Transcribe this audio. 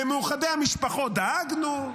למאוחדי המשפחות דאגנו.